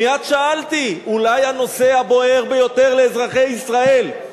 מייד שאלתי: אולי הנושא הבוער ביותר לאזרחי ישראל?